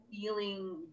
feeling